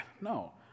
No